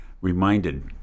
reminded